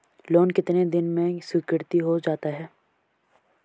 Loan कितने दिन में स्वीकृत हो जाता है?